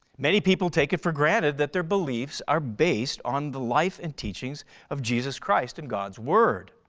many people take it for granted that their beliefs are based on the life and teachings of jesus christ and god's word.